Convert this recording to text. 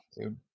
dude